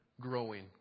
growing